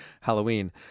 Halloween